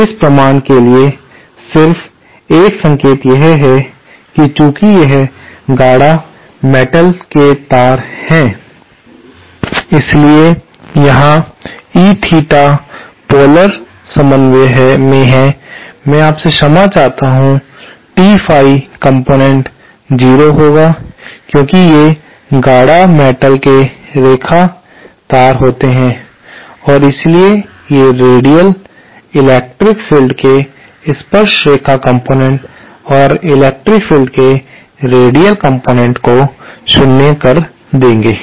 इस प्रमाण के लिए सिर्फ एक संकेत यह है कि चूंकि ये गाढ़ा मेटल के तार हैं इसलिए यहाँ E थीटा पोलर समन्वय में है मैं आपसे क्षमा चाहता हूँ T Phi कॉम्पोनेन्ट 0 होगा क्योंकि ये गाढ़ा मेटल के रेखा तार होते हैं और इसलिए ये रेडियल इलेक्ट्रिक फील्ड के स्पर्शरेखा कॉम्पोनेन्ट और इलेक्ट्रिक फील्ड के रेडियल कॉम्पोनेन्ट को शून्य कर देंगे